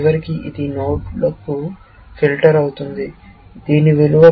చివరికి ఇది నోడ్కు ఫిల్టర్ అవుతుంది దీని విలువ 17